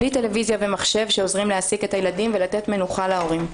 בלי טלוויזיה ומחשב שעוזרים להעסיק את הילדים ולתת מנוחה להורים.